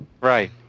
Right